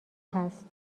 هست